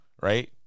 right